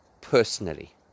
personally